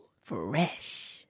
Fresh